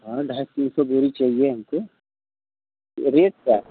हाँ ढाई तीन सौ बोरी चाहिए हमको रेट क्या है